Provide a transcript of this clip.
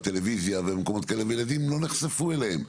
בטלוויזיה ובמקומות כאלה, וילדים לא נחשפו אליהם.